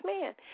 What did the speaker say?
man